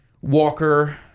walker